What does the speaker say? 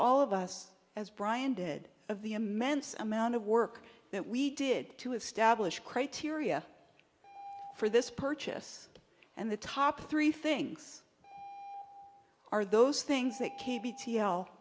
all of us as brian did of the immense amount of work that we did to establish criteria for this purchase and the top three things are those things that can't be t l